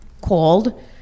called